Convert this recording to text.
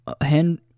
hand